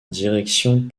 direction